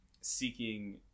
seeking